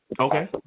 Okay